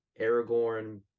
aragorn